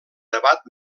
debat